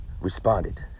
responded